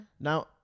Now